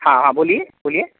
हाँ हाँ बोलिए बोलिए